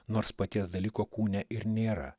nors paties dalyko kūne ir nėra